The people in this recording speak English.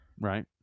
right